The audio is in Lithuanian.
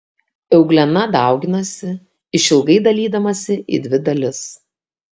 euglena dauginasi išilgai dalydamasi į dvi dalis